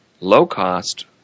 low-cost